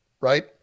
right